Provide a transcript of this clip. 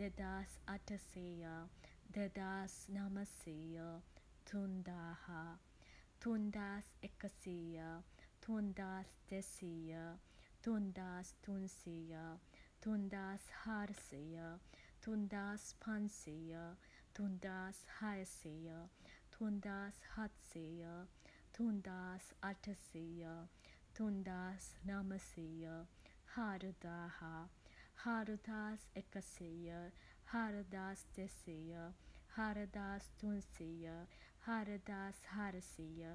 දෙදාස් අටසීය, දෙදාස් නමසීය, තුන් දාහ. තුන්දාස් එකසීය, තුන්දාස් දෙසීය, තුන්දාස් තුන්සීය, තුන්දාස් හාරසීය, තුන්දාස් පන්සීය, තුන්දාස් හයසීය, තුන්දාස් හත්සීය, තුන්දාස් අටසීය, තුන්දාස් නමසීය, හාරදාහ. හාරදාස් එකසීය, හාරදාස් දෙසීය, හාරදාස් තුන්සීය, හාරදාස් හාරසීය.